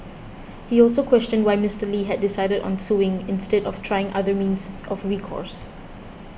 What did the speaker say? he also questioned why Mister Lee had decided on suing instead of trying other means of recourse